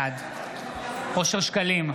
בעד אושר שקלים,